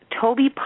Toby